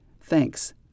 thanks